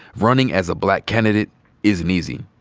running as a black candidate isn't easy.